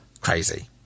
crazy